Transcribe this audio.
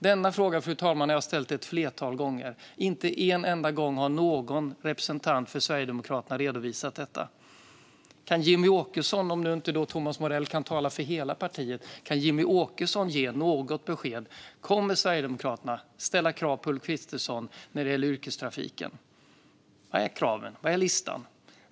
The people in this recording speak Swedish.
Denna fråga har jag ställt ett flertal gånger, fru talman, men inte en enda gång har någon representant från Sverigedemokraterna redovisat detta. Om inte Thomas Morell kan tala för hela partiet, kan då Jimmie Åkesson ge något besked? Kommer Sverigedemokraterna att ställa krav på Ulf Kristersson när det gäller yrkestrafiken? Vilka är kraven? Var är listan?